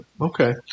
okay